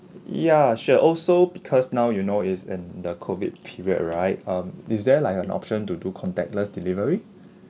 ya should have also because now you know is and the COVID period right um is there like an option to do contactless delivery